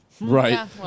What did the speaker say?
Right